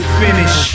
finish